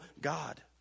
God